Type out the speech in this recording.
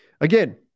Again